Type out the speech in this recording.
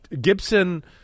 Gibson